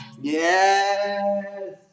Yes